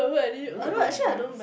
do you remember any dreams